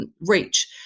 reach